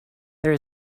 there